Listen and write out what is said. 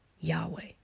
Yahweh